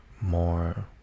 more